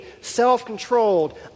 self-controlled